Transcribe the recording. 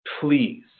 Please